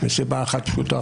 מסיבה אחת פשוטה,